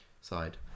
side